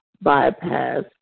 bypass